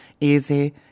easy